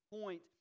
point